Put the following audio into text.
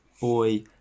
Boy